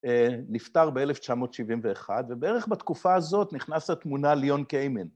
נפטר ב-1971, ובערך בתקופה הזאת נכנס לתמונה ליאון קיימן.